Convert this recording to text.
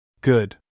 Good